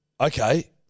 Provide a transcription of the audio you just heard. okay